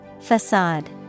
Facade